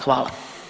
Hvala.